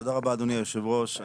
תודה רבה, אדוני היושב ראש.